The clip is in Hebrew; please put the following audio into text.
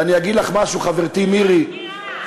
ואני אגיד לך משהו, חברתי מירי, זה לא סגירה.